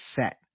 set